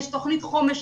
יש תוכנית חומש,